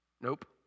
Nope